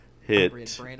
hit